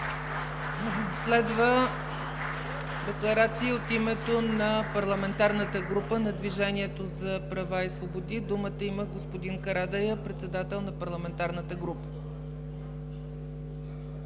Следва декларация от името на Парламентарната група на Движението за права и свободи. Думата има господин Карадайъ – председател на парламентарната група.